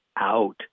out